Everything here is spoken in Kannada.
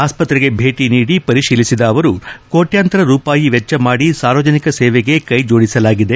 ಆಸ್ಸತ್ರೆಗೆ ಬೇಟಿ ನೀಡಿ ಪರಿಶೀಲಿಸಿದ ಅವರು ಕೋಟ್ಯಾಂತರ ರೂಪಾಯಿ ವೆಚ್ಚ ಮಾಡಿ ಸಾರ್ವಜನಿಕ ಸೇವೆಗೆ ಕೈಜೋಡಿಸಲಾಗಿದೆ